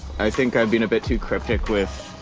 i think i've been a bit to cryptic with